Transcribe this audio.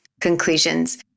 conclusions